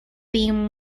theme